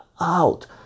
out